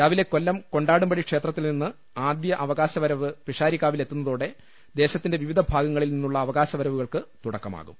രാവിലെ കൊല്ലം കൊണ്ടാടുംപടി ക്ഷേത്രത്തിൽ നിന്ന ആദ്യ അവകാശ വരവ് പിഷാരിക്കാവിലെത്തുന്നതോടെ ദേശത്തിന്റെ വിവിധ ഭാഗങ്ങളിൽ നിന്നുള്ള അവകാശവരവുകൾക്ക് തുടക്ക മാകും